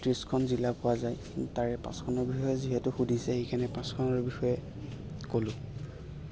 ত্ৰিছখন জিলা পোৱা যায় তাৰে পাঁচখনৰ বিষয়ে যিহেতু সুধিছে সেইকাৰণে পাঁচখনৰ বিষয়ে ক'লোঁ